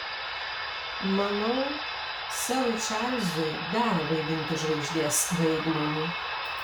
manau serui čarlzui dera vaidinti žvaigždės vaidmenį